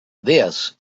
this